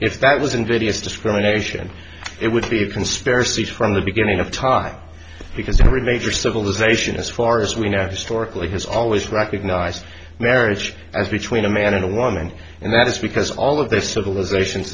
if that was invidious discrimination it would be a conspiracy from the beginning of time because every major civilization as far as we know historically has always recognized marriage as between a man and a woman and that is because all of their civilizations